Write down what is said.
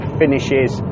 finishes